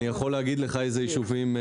אני יכול להגיד לך איזה ישובים.